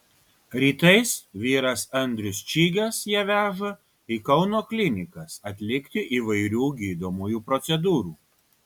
rytais vyras andrius čygas ją veža į kauno klinikas atlikti įvairių gydomųjų procedūrų